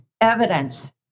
evidence